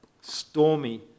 stormy